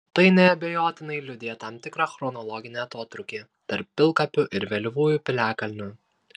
tai neabejotinai liudija tam tikrą chronologinį atotrūkį tarp pilkapių ir vėlyvųjų piliakalnių